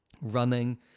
running